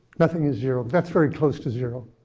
nothing is zero. but that's very close to zero.